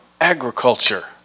Agriculture